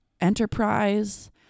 enterprise